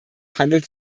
handelt